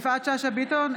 (קוראת בשמות חברי הכנסת) יפעת שאשא ביטון,